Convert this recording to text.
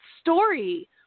story